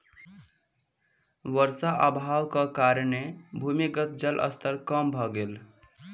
वर्षा अभावक कारणेँ भूमिगत जलक स्तर कम भ गेल